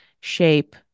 shape